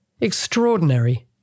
Extraordinary